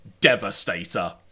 Devastator